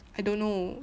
I don't know